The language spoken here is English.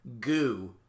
goo